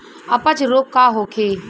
अपच रोग का होखे?